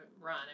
run